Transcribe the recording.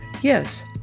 Yes